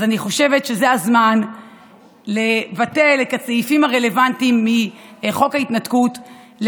אז אני חושבת שזה הזמן לבטל את הסעיפים הרלוונטיים מחוק ההתנתקות,